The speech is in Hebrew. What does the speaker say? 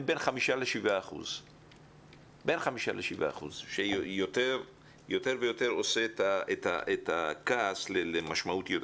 בין 5-7%. בין 5-7% שיותר ויותר עושה את הכעס למשמעותי.